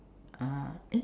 ah eh